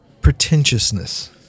Pretentiousness